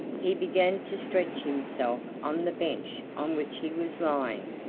he began to stretch himself on the bench on which he was lying.